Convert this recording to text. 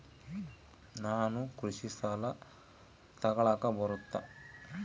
ನಾನು ಕೃಷಿ ಸಾಲ ತಗಳಕ ಬರುತ್ತಾ?